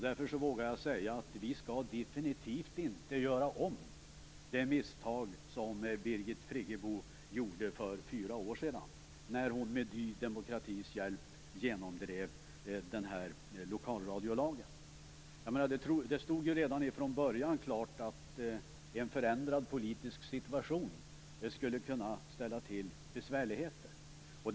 Jag vågar därför säga att vi definitivt inte skall göra om det misstag som Birgit Friggebo gjorde för fyra år sedan, när hon med Ny demokratis hjälp genomdrev lokalradiolagen. Det stod redan från början klart att en förändrad politisk situation skulle kunna ställa till besvärligheter.